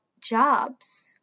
jobs